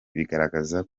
bigaragaza